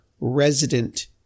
resident